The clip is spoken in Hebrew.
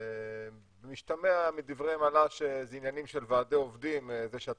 השתמע מדבריהם שאלה עניינים של ועדי עובדים שבגללם